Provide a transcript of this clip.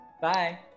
Bye